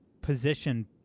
position